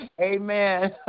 Amen